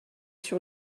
sur